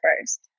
first